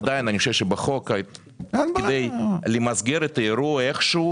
עדיין אני חושב שבחוק כדי למסגרת את האירוע איכשהו,